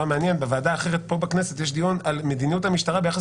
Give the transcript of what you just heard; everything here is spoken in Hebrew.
בוועדה אחרת בכנסת יש דיון על מדיניות המשטרה ביחס